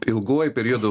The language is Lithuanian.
ilguoju periodu